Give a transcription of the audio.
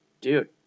dude